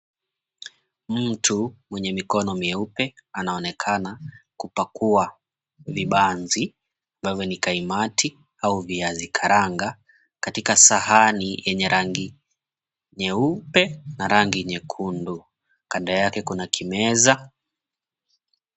Mtu mwenye mikono meupe, anaonekana kupakua vibanzi, ambavyo ni kaimati au viazi karanga, katika sahani yenye rangi nyeupe na rangi nyekundu. Kando yake kuna kimeza.